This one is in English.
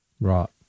Right